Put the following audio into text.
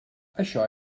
això